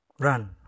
Run